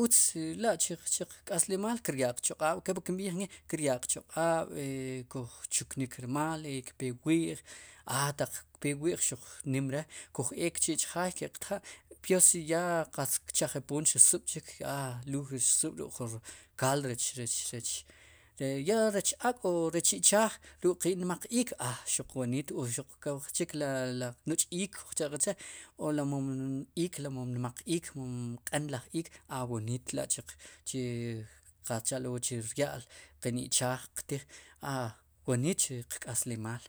utz rela' chuq k'aslimaal kiryaa qchoq'aab' kopli kinb'iij nk'i kiryaa qchoq'aab' i kuj chuknik rmaal kpewi'j a ataq kpe wi'j xuq nim re' kuj eek chi' chjaay kéqtja' pero si kche'jepoon chre sub'chik a luuj ri sub' ruk jun kaal rec, rech ak' o ruk'ichaaj ruk'jun nmaq iik aa xuq wooniit o xuq kow qchi' la ri nuch' iik kujcha' qe che o li moom iik nmaq iik q'en laj iik woniit la'chiq chi qatz cha'lo rya'l kenichaajqtij a wooniit chu qk'aslimaal.